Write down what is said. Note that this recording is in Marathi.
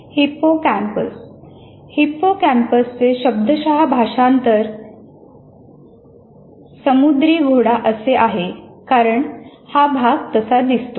हिप्पोकॅम्पस हिप्पोकॅम्पसचे शब्दशः भाषांतर समुद्रिघोडा असे आहे कारण हा भाग तसा दिसतो